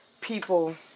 People